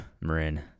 Marin